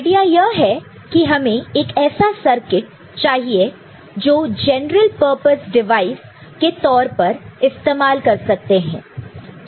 idea यह है कि हमें एक ऐसा सर्किट चाहिए जो जनरल पर्पस डिवाइस के तौर पर इस्तेमाल कर सकते हैं